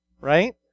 right